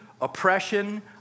oppression